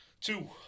Two